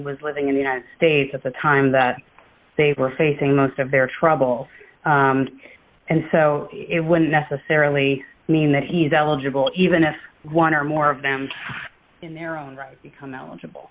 was living in the united states at the time that they were facing most of their trouble and so it wouldn't necessarily mean that he's eligible even if one or more of them in their own right become eligible